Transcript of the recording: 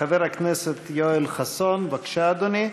חבר הכנסת יואל חסון, בבקשה, אדוני.